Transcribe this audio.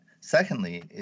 secondly